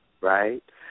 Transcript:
right